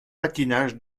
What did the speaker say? patinage